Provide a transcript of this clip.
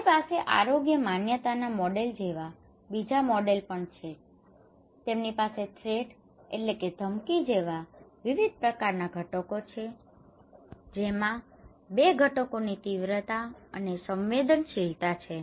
અમારી પાસે આરોગ્ય માન્યતાનાં મોડેલો જેવા બીજા મોડેલો પણ છે તેમની પાસે થ્રેટ threat ધમકી જેવા વિવિધ પ્રકારનાં ઘટકો છે જેમાં બે ઘટકોની તીવ્રતા અને સંવેદનશીલતા છે